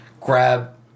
grab